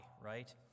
right